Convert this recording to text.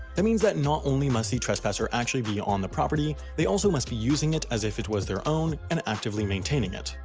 that means that not only must the trespasser actually be on the property, they also must be using it as if it was their own, and actively maintaining it.